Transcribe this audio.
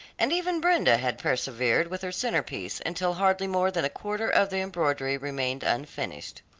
and even brenda had persevered with her centrepiece until hardly more than a quarter of the embroidery remained unfinished.